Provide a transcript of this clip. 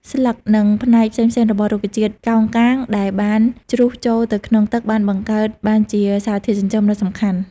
ស្លឹក និងផ្នែកផ្សេងៗរបស់រុក្ខជាតិកោងកាងដែលបានជ្រុះចូលទៅក្នុងទឹកបានបង្កើតបានជាសារធាតុចិញ្ចឹមដ៏សំខាន់។